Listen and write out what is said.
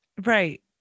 right